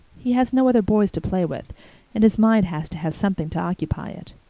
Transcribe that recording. he has no other boys to play with and his mind has to have something to occupy it.